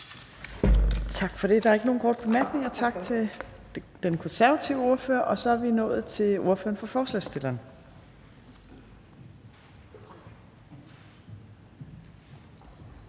Tak for det. Der er ikke nogen korte bemærkninger. Tak til den konservative ordfører. Og så er vi nået til ordføreren for forslagsstillerne.